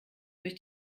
durch